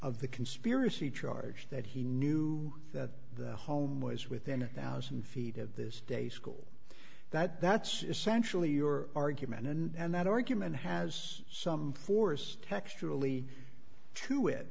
of the conspiracy charge that he knew that the home was within a one thousand feet of this day school that that's essentially your argument and that argument has some force texturally to it